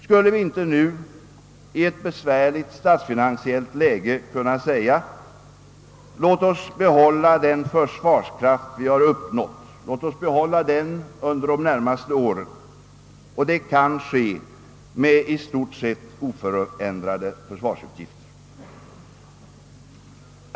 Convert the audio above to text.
Skulle vi inte nu, i ett besvärligt statsfinansiellt läge kunna säga: Låt oss under de närmaste åren behålla den försvarskraft vi uppnått, vilket kan ske med i stort sett oförändrade försvarsutgifter.